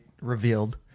revealed